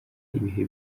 ibihe